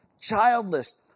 childless